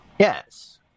Yes